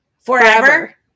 Forever